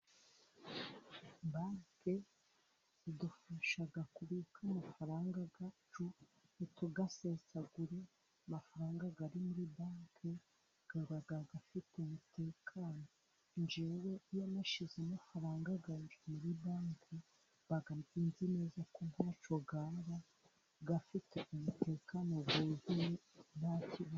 Banki zidufasha kubika amafaranga yacu ntituyasesagure, amafaranga ari muri banki, aba afite umutekano. Njyewe iyo nashyize amafaranga yanjye muri banki, mba nzi neza ko nta cyo yaba, afite umutekano wuzuye nta kibazo.